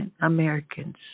Americans